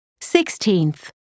sixteenth